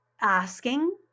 asking